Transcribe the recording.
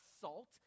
salt